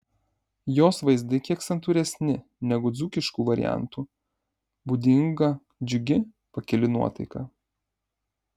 jos vaizdai kiek santūresni negu dzūkiškų variantų būdinga džiugi pakili nuotaika